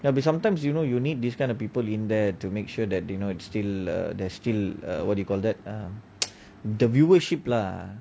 ya be sometimes you know you need this kind of people in there to make sure that you know it's still there's still err what you call that the viewership lah